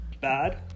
bad